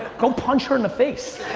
go punch her in the face.